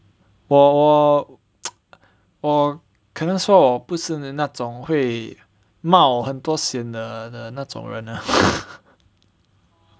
我我 我可能说我不是那种会冒很多险的的那种人